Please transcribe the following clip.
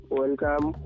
welcome